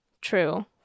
True